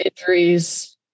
injuries